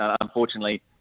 unfortunately